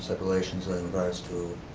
stipulations ah in regards to